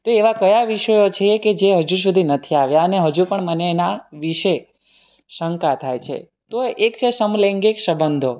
તે એવા કયા વિષયો છે કે જે હજુ સુધી નથી આવ્યા અને હજુ પણ મને એના વિશે શંકા થાય છે તો એક છે સમલૈંગિક સંબંધો